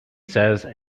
says